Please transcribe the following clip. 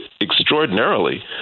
extraordinarily